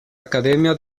academia